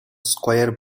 square